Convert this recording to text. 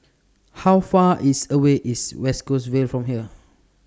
How Far IS away IS West Coast Vale from here